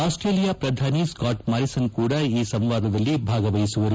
Australia ಪ್ರಧಾನಿ Scott Morrison ಕೂಡ ಈ ಸಂವಾದದಲ್ಲಿ ಭಾಗವಹಿಸಿದ್ದಾರೆ